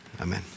Amen